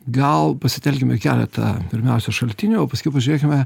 gal pasitelkime keletą pirmiausia šaltinių o paskiau pažiūrėkime